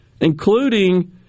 including